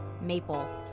maple